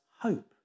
hope